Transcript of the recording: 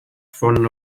von